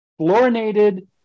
fluorinated